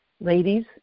Ladies